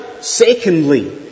Secondly